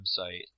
website